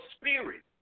spirit